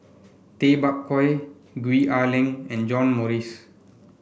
Tay Bak Koi Gwee Ah Leng and John Morrice